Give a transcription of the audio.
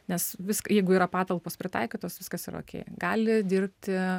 nes vis jeigu yra patalpos pritaikytos viskas yra okei gali dirbti